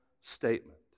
statement